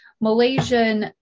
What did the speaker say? Malaysian